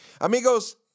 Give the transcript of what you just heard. Amigos